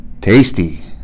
Tasty